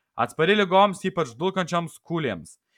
atspari ligoms ypač dulkančioms kūlėms